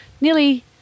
nearly